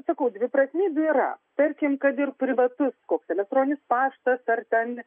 sakau dviprasmybių yra tarkim kad ir privatus koks elektroninis paštas ar ten